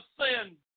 sin